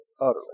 utterly